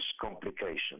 complications